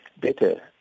better